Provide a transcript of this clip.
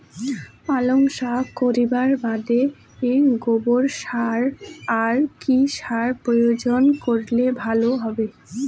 পালং শাক করিবার বাদে গোবর ছাড়া আর কি সার প্রয়োগ করিলে ভালো হবে?